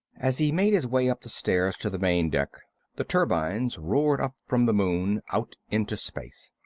as he made his way up the stairs to the main deck the turbines roared up from the moon, out into space.